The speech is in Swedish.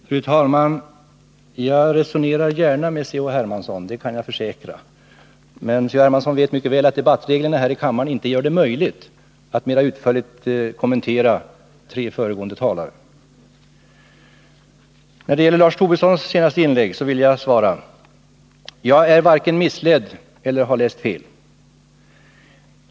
Fru talman! Jag resonerar gärna med C.-H. Hermansson, det kan jag försäkra, men C.-H. Hermansson vet mycket väl att debattreglerna här i kammaren inte gör det möjligt att mera utförligt kommentera tre föregående talare. När det gäller Lars Tobissons senaste inlägg vill jag svara: Jag är varken missledd eller har läst fel.